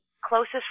closest